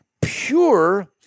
pure